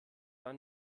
war